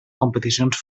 competicions